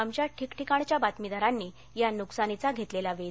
आमच्या ठीकठिकाणच्या बातमीदारांनी या नुकसानीचा घेतलेला वेध